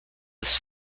this